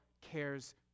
cares